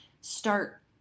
start